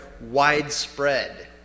widespread